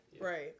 Right